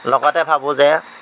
লগতে ভাবোঁ যে